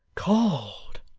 called,